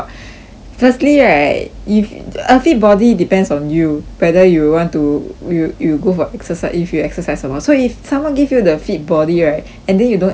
firstly right if a fit body depends on you whether you will want to you you go for exercise if you exercise a lot so if someone give you the fit body right and then you don't exercise right